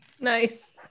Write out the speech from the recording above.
nice